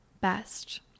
best